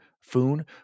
Foon